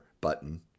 button